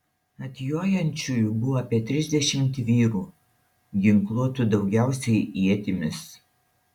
atjojančiųjų buvo apie trisdešimt vyrų ginkluotų daugiausiai ietimis